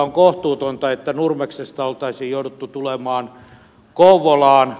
on kohtuutonta että nurmeksesta oltaisiin jouduttu tulemaan kouvolaan